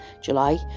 July